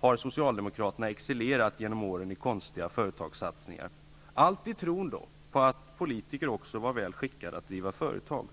har socialdemokraterna excellerat genom åren i konstiga företagssatsningar -- allt i tron att politiker också är skickade att driva företag.